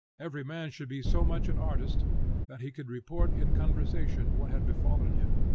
every man should be so much an artist that he could report in conversation what had befallen him.